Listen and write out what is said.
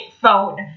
phone